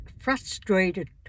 frustrated